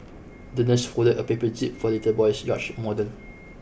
the nurse folded a paper jib for the little boy's yacht model